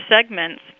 segments